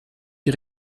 die